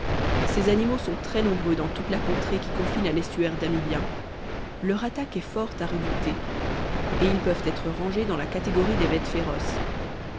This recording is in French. ces animaux sont très nombreux dans toute la contrée qui confine à l'estuaire danubien leur attaque est fort à redouter et ils peuvent être rangés dans la catégorie des bêtes féroces